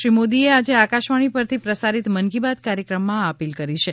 શ્રી મોદીએ આજે આકાશવાણી પરથી પ્રસારિત મન કી બાત કાર્યક્રમમાં આ અપીલ કરી છે